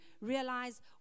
realize